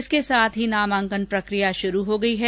इसके साथ ही नामांकन प्रकिया शुरू हो गई है